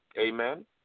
Amen